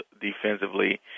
defensively